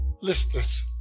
listless